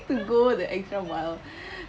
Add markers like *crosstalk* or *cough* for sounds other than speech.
to go the extra mile *breath*